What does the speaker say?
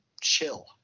chill